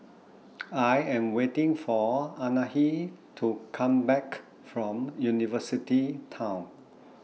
I Am waiting For Anahi to Come Back from University Town